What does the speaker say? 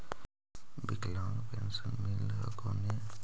विकलांग पेन्शन मिल हको ने?